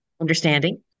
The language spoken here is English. understanding